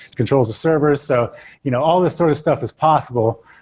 controls the servers, so you know all this sort of stuff is possible.